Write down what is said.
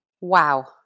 Wow